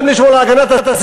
גם לשמור על הסביבה,